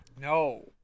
No